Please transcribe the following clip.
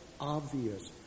obvious